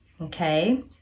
okay